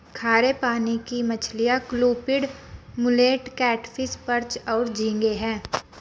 खारे पानी की मछलियाँ क्लूपीड, मुलेट, कैटफ़िश, पर्च और झींगे हैं